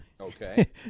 Okay